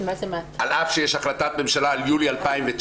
על אף שיש החלטת ממשלה על יולי 2019